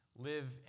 live